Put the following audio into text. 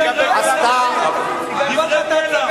היא גנבה לך את ההצגה, היית גמד לידה.